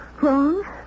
Wrong